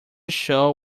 show